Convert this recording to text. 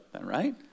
right